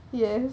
yes